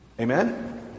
Amen